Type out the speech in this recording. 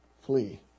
Flee